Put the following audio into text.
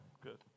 good